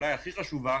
אולי הכי חשובה,